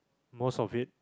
most of it